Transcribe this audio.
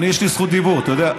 יש לי זכות דיבור, אתה יודע.